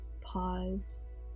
pause